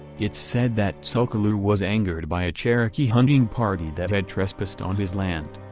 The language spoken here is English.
it's said that tsul'kalu' was angered by a cherokee hunting party that had trespassed on his land.